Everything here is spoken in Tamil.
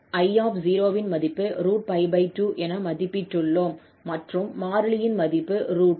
𝐼 இன் மதிப்பு 2 என மதிப்பிட்டுள்ளோம் மற்றும் மாறிலியின் மதிப்பு a